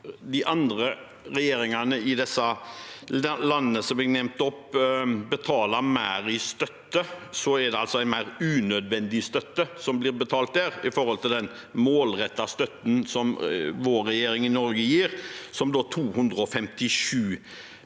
de andre regjeringene i de landene jeg nevnte, betaler mer i støtte, er det altså en mer unødvendig støtte som blir betalt der, i forhold til den målrettede støtten som vår regjering i Norge gir, som 257